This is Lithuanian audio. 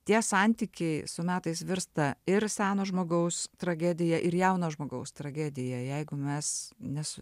tie santykiai su metais virsta ir seno žmogaus tragedija ir jauno žmogaus tragedija jeigu mes nes